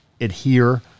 adhere